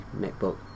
MacBook